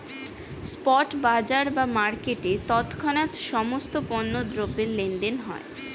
spot বাজার বা মার্কেটে তৎক্ষণাৎ সমস্ত পণ্য দ্রব্যের লেনদেন হয়